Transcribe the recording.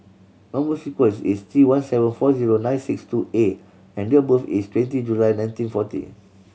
number sequence is T one seven four zero nine six two A and date of birth is twenty July nineteen forty